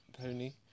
pony